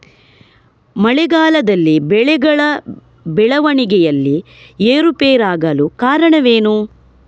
ಮಳೆಗಾಲದಲ್ಲಿ ಬೆಳೆಗಳ ಬೆಳವಣಿಗೆಯಲ್ಲಿ ಏರುಪೇರಾಗಲು ಕಾರಣವೇನು?